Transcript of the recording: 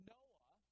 Noah